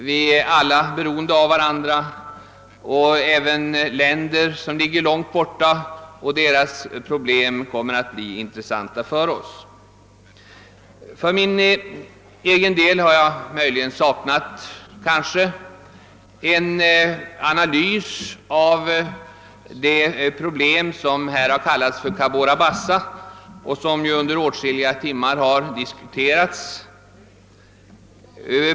Vi är alla beroende av varandra, och även länder som ligger långt bort och deras problem kommer att bli intressanta för oss. För egen del har jag möjligen saknat en analys av det problem som här har kallats för Cabora Bassa-problemet och som ju har diskuterats under åtskilliga timmar.